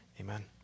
amen